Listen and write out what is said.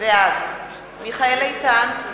בעד מיכאל איתן,